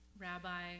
Rabbi